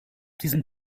diesen